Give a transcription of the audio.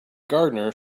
gardener